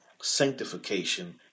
Sanctification